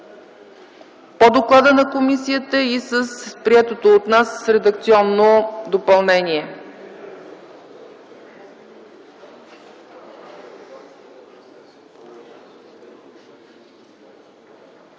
по доклада на комисията и с приетото от нас редакционно допълнение.